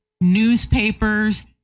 newspapers